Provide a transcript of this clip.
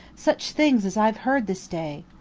such things as i have heard this day!